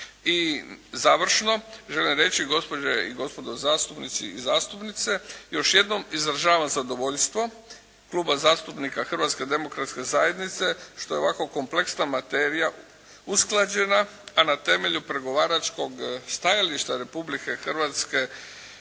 I završno želim reći, gospođe i gospodo zastupnici i zastupnice još jednom izražavam zadovoljstvo Kluba zastupnika Hrvatske demokratske zajednice što je ovako kompleksna materija usklađena, a na temelju pregovaračkog stajališta Republike Hrvatske